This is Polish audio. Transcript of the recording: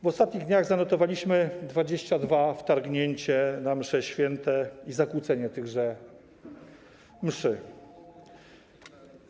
W ostatnich dniach zanotowaliśmy 22 wtargnięcia na msze święte i zakłócenia tychże mszy.